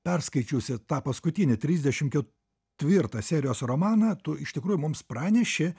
perskaičiusi tą paskutinę trisdešimt ketvirtą serijos romaną tu iš tikrųjų mums praneši